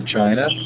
China